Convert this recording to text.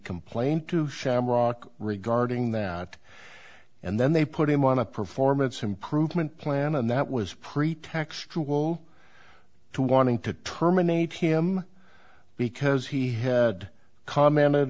complained to shamrock regarding that and then they put him on a performance improvement plan and that was pretextual to wanting to terminate him because he had commented